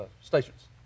stations